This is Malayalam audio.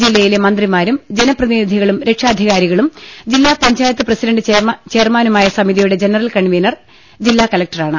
ജില്ലയിലെ മന്ത്രിമാരും ജനപ്രതിനിധി കളും രക്ഷാധികാരികളും ജില്ലാപഞ്ചായത്ത് പ്രസിഡണ്ട് ചെയർമാനു മായ സമിതിയുടെ ജനറൽ കൺവീനർ ജില്ലാകലക്ടറാണ്